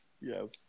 yes